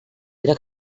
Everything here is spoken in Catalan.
era